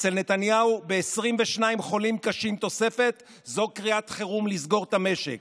אצל נתניהו 22 חולים קשים תוספת זאת קריאת חירום לסגור את המשק.